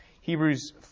Hebrews